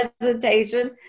presentation